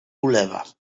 ulewa